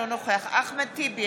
אינו נוכח אחמד טיבי,